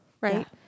right